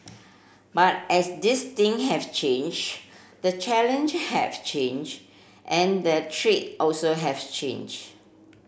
but as these thing have changed the challenge have changed and the treat also have changed